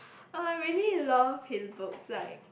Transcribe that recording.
I really love his books like